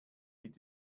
mit